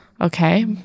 Okay